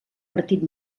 partit